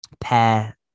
pair